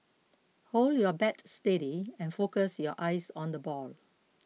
hold your bat steady and focus your eyes on the ball